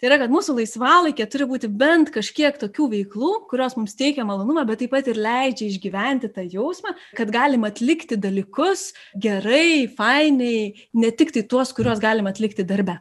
tai yra kad mūsų laisvalaikyje turi būti bent kažkiek tokių veiklų kurios mums teikia malonumą bet taip pat ir leidžia išgyventi tą jausmą kad galim atlikti dalykus gerai fainiai ne tiktai tuos kuriuos galima atlikti darbe